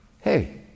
Hey